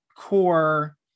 core